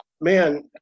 man